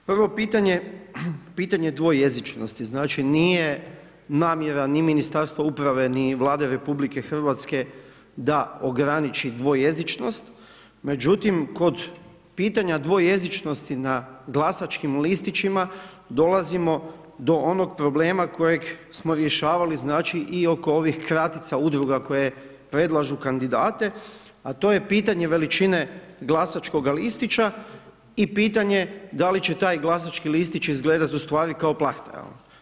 Prvo pitanje, pitanje dvojezičnosti, znači, nije namjera ni Ministarstva uprave, ni Vlade RH da ograniči dvojezičnost, međutim, kod pitanja dvojezičnosti na glasačkim listićima dolazimo do onog problema kojeg smo rješavali, znači, i oko ovih kratica udruga koje predlažu kandidate, a to je pitanje veličine glasačkog listića i pitanje da li će taj glasački listić izgledat ustvari kao plahta?